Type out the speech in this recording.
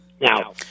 Now